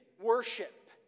worship